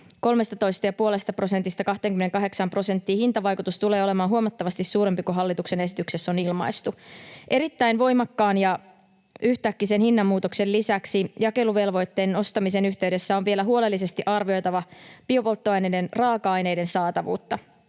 13,5 prosentista 28 prosenttiin hintavaikutus tulee olemaan huomattavasti suurempi kuin hallituksen esityksessä on ilmaistu. Erittäin voimakkaan ja yhtäkkisen hinnanmuutoksen lisäksi jakeluvelvoitteen nostamisen yhteydessä on vielä huolellisesti arvioitava biopolttoaineiden raaka-aineiden saatavuutta.